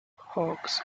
hawks